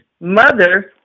mother